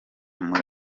muri